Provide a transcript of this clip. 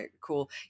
cool